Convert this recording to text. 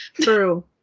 True